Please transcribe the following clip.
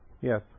Yes